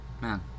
Man